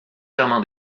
germain